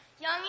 Young